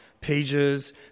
pages